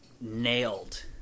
nailed